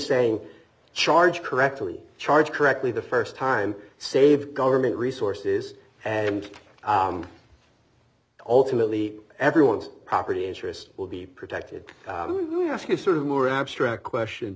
saying charge correctly charge correctly the first time save government resources and ultimately everyone's property interests will be protected have to give sort of more abstract question